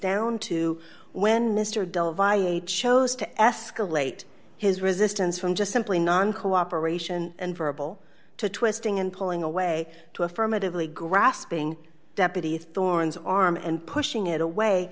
down to when mr device chose to escalate his resistance from just simply non cooperation and verbal to twisting and pulling away to affirmatively grasping deputy thorns arm and pushing it away